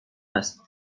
است